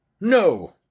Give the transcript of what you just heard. No